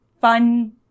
fun